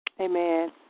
Amen